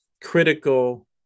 critical